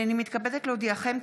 הינני מתכבדת להודיעכם,